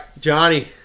Johnny